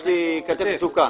יש לי כתף סדוקה.